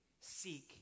Seek